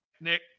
Nick